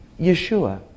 Yeshua